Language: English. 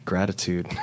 Gratitude